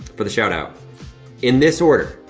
for the shout-out in this order,